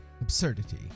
absurdity